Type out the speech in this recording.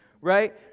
right